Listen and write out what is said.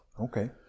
okay